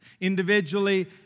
individually